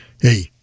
Hey